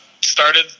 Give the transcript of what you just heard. started –